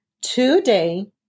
today